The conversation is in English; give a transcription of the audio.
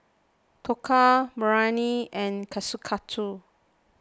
Dhokla Biryani and Kushikatsu